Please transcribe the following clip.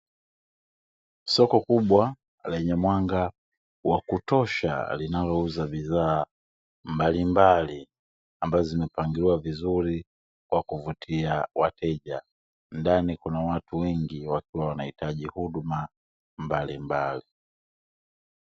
Soko kubwa lenye mwanga wa kutosha na linalo uza bidhaa mbalimbali ambazo zimepangiliwa vizuri kwa kuvutia wateja, ndani kuna watu wengi wakiwa wanahitaji huduma mbalimbali.